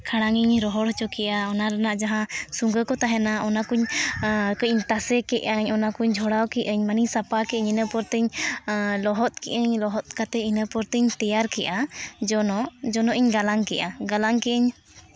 ᱠᱷᱟᱲᱟᱝ ᱤᱧ ᱨᱚᱦᱚᱲ ᱦᱚᱪᱚ ᱠᱮᱜᱼᱟ ᱚᱱᱟ ᱨᱮᱱᱟᱜ ᱡᱟᱦᱟᱸ ᱥᱩᱸᱜᱟᱹ ᱠᱚ ᱛᱟᱦᱮᱱᱟ ᱚᱱᱟᱠᱚᱧ ᱠᱟᱹᱡ ᱤᱧ ᱛᱟᱥᱮ ᱠᱮᱜᱼᱟ ᱚᱱᱟᱠᱚᱧ ᱡᱷᱚᱲᱟᱣ ᱠᱮᱜᱼᱟᱹᱧ ᱢᱟᱱᱮ ᱥᱟᱯᱷᱟ ᱠᱮᱜ ᱟᱹᱧ ᱤᱱᱟᱹ ᱯᱚᱨᱮᱛᱤᱧ ᱞᱚᱦᱚᱫ ᱠᱮᱜ ᱟᱹᱧ ᱞᱚᱦᱚᱫ ᱠᱟᱛᱮᱫ ᱤᱱᱟᱹ ᱯᱚᱨᱮᱛᱤᱧ ᱛᱮᱭᱟᱨ ᱠᱮᱜᱼᱟ ᱡᱚᱱᱚᱜ ᱡᱚᱱᱚᱜ ᱤᱧ ᱜᱟᱞᱟᱝ ᱠᱮᱜᱼᱟ ᱜᱟᱞᱟᱝ ᱠᱮᱜ ᱟᱹᱧ